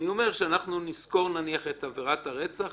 נזכור את עבירת הרצח,